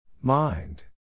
Mind